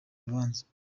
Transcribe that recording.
rubanza